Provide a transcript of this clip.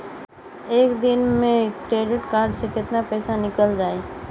एक दिन मे क्रेडिट कार्ड से कितना पैसा निकल जाई?